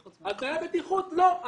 על תנאי הבטיחות לא.